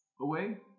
away